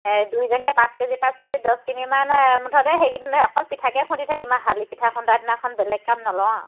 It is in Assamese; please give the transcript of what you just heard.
এই দুইজনীয়ে পাঁচ কেজি পাঁচ কেজি দহ কেজিমান মুঠতে সেইকিদিন অকল পিঠাকে খুন্দি থাকিম শালি পিঠা খুন্দাৰ দিনাখন বেলেগ কাম নলওঁ আৰু